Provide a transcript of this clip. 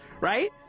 right